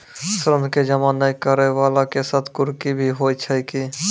ऋण के जमा नै करैय वाला के साथ कुर्की भी होय छै कि?